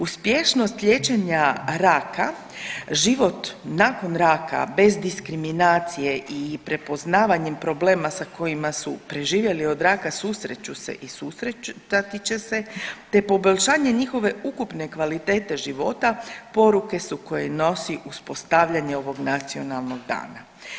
Uspješnost liječenja raka, život nakon raka bez diskriminacije i prepoznavanjem problema sa kojima su preživjeli od raka susreću se i susretati će se te poboljšanje njihove ukupne kvalitete života poruke su koje nosi uspostavljanje ovog nacionalnog dana.